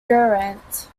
geraint